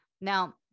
Now